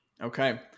Okay